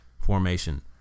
formation